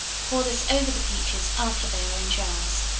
pour this over the peaches after they are in jars.